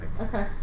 Okay